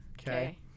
okay